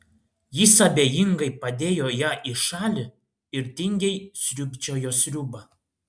jis abejingai padėjo ją į šalį ir tingiai sriūbčiojo sriubą